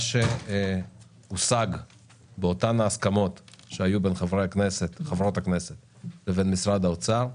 מה שהושג באותן הסכמות שהיו בין חברות הכנסת לבין משרד האוצר,